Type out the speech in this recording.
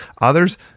Others